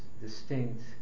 distinct